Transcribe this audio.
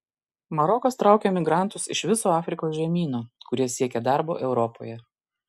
marokas traukia migrantus iš viso afrikos žemyno kurie siekia darbo europoje